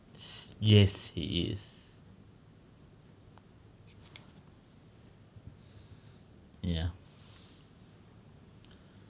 yes he is ya